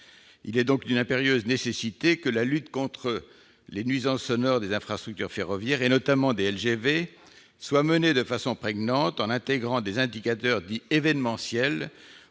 Il est d'une impérieuse nécessité que la lutte contre les nuisances sonores des infrastructures ferroviaires, notamment des LGV, soit menée de façon prégnante, en intégrant des indicateurs dits « événementiels »